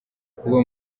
kuba